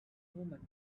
women